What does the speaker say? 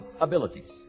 abilities